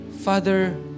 Father